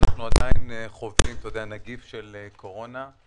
אנחנו עדיין חווים נגיף של קורונה,